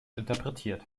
interpretiert